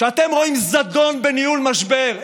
כשאתם רואים זדון בניהול משבר,